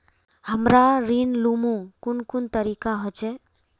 हमरा ऋण लुमू कुन कुन तरीका होचे?